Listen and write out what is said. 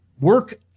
Work